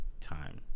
time